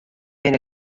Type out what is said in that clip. bin